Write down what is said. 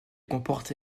comporte